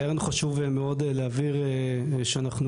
והיה לנו חשוב מאוד להבהיר שאנחנו,